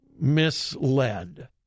misled